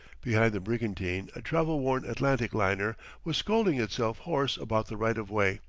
behind the brigantine a travel-worn atlantic liner was scolding itself hoarse about the right of way.